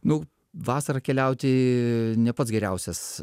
nu vasarą keliauti ne pats geriausias